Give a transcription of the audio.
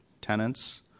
tenants